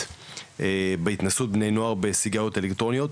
בהתנסות בני נוער בסיגריות אלקטרוניות